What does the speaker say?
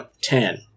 ten